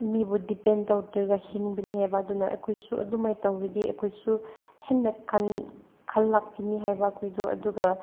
ꯃꯤꯕꯨ ꯗꯤꯄꯦꯟ ꯇꯧꯗ꯭ꯔꯒ ꯍꯤꯡꯕꯅꯦ ꯍꯥꯏꯕ ꯑꯗꯨꯅ ꯑꯩꯈꯣꯏꯁꯨ ꯑꯗꯨꯃꯥꯏ ꯇꯧꯔꯗꯤ ꯑꯩꯈꯣꯏꯁꯨ ꯍꯦꯟꯅ ꯀꯟꯈꯠꯂꯛꯀꯅꯤ ꯍꯥꯏꯕ ꯑꯩꯈꯣꯏꯗꯣ ꯑꯗꯨꯒ